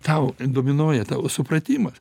tau dominuoja tavo supratimas